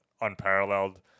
unparalleled